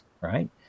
right